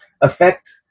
affect